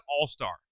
all-star